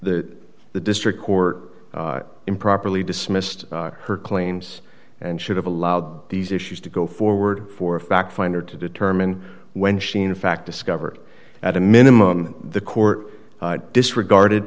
that the district court improperly dismissed her claims and should have allowed these issues to go forward for a fact finder to determine when she in fact discovered at a minimum the court disregarded